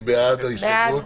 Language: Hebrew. מי בעד ההסתייגות?